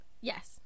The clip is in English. Yes